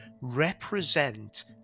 represent